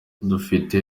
dufite